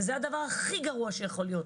וזה המצב הכי גרוע שיכול להיות.